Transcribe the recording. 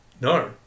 No